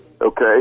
okay